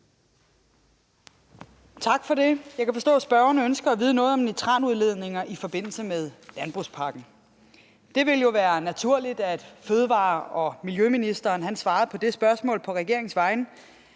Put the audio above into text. Tak for det. Jeg kan forstå, at spørgeren ønsker at vide noget om nitratudledning i forbindelse med landbrugspakken. Det ville jo være naturligt, at miljø- og fødevareministeren svarede på det spørgsmål på regeringens